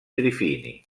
trifini